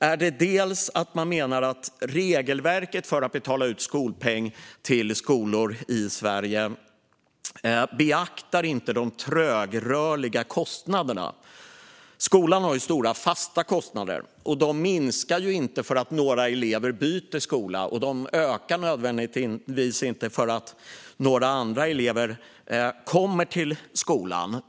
Man menar bland annat att regelverket för att betala ut skolpeng till skolor i Sverige inte beaktar de trögrörliga kostnaderna. Skolan har ju stora fasta kostnader, och dessa minskar inte för att några elever byter skola. De ökar inte heller nödvändigtvis för att några andra elever kommer till skolan.